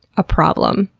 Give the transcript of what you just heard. a problem.